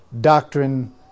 doctrine